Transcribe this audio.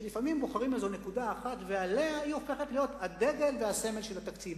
שלפעמים בוחרים איזו נקודה אחת והיא הופכת להיות הדגל והסמל של התקציב.